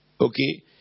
Okay